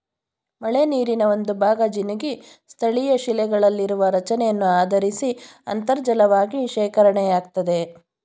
ಮಳೆನೀರಿನ ಒಂದುಭಾಗ ಜಿನುಗಿ ಸ್ಥಳೀಯಶಿಲೆಗಳಲ್ಲಿರುವ ರಚನೆಯನ್ನು ಆಧರಿಸಿ ಅಂತರ್ಜಲವಾಗಿ ಶೇಖರಣೆಯಾಗ್ತದೆ